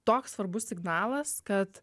toks svarbus signalas kad